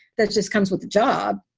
that just comes with the job.